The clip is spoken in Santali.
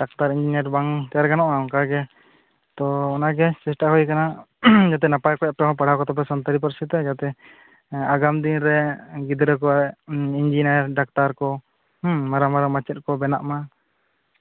ᱰᱟᱠᱛᱟᱨ ᱤᱱᱡᱤᱱᱤᱭᱟᱨ ᱵᱟᱝ ᱛᱚ ᱜᱟᱱᱚᱜᱼᱟ ᱚᱱᱠᱟᱜᱮ ᱛᱳ ᱚᱱᱟ ᱜᱮ ᱪᱮᱥᱴᱟ ᱦᱩᱭ ᱟᱠᱟᱱᱟ ᱡᱟᱛᱮ ᱱᱟᱯᱟᱭ ᱚᱠᱚᱡ ᱟᱯᱮ ᱦᱚᱸ ᱯᱟᱲᱦᱟᱣ ᱠᱚᱛᱟ ᱥᱟᱱᱛᱟᱲᱤ ᱯᱟᱹᱨᱥᱤ ᱛᱮ ᱡᱟᱛᱮ ᱟᱜᱟᱢ ᱫᱤᱱ ᱨᱮ ᱜᱤᱫᱽᱨᱟᱹ ᱠᱚ ᱤᱱᱡᱤᱱᱤᱭᱟᱨ ᱰᱟᱠᱛᱟᱨ ᱠᱚ ᱢᱟᱨᱟᱝ ᱢᱟᱨᱟᱝ ᱢᱟᱪᱮᱫ ᱠᱚ ᱵᱮᱱᱟᱜ ᱢᱟ